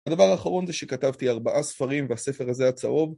הדבר האחרון זה שכתבתי ארבעה ספרים והספר הזה הצהוב